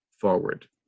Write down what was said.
forward